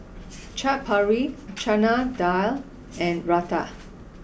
Chaat Papri Chana Dal and Raita